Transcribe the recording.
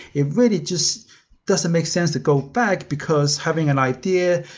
it really just doesn't make sense to go back because having an idea,